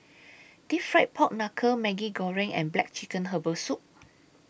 Deep Fried Pork Knuckle Maggi Goreng and Black Chicken Herbal Soup